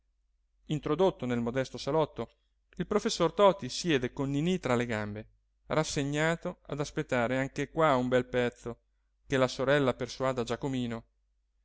introdotto nel modesto salotto il professor toti siede con ninì tra le gambe rassegnato ad aspettare anche qua un bel pezzo che la sorella persuada giacomino